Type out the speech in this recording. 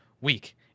week